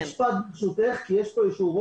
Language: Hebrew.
אני אגיד משפט, ברשותך, כי יש פה רושם